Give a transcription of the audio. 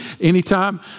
anytime